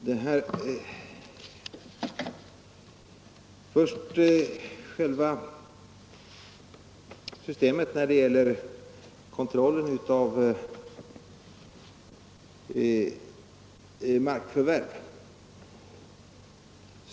Herr talman! Först själva systemet när det gäller kontrollen av markförvärv.